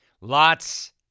Lots